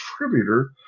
contributor